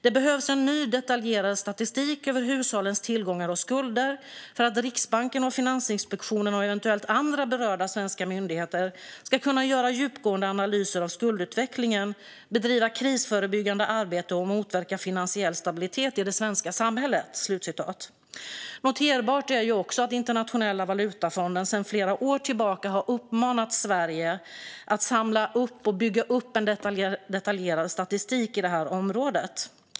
"Det behövs en ny detaljerad statistik över hushållens tillgångar och skulder för att Riksbanken och Finansinspektionen och eventuellt andra berörda svenska myndigheter ska kunna göra djupgående analyser av skuldutvecklingen, bedriva ett krisförebyggande arbete och motverka finansiell instabilitet i det svenska samhället." Noterbart är att också Internationella valutafonden sedan flera år tillbaka har uppmanat Sverige att samla in och bygga upp detaljerad statistik på området.